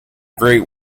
great